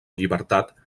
llibertat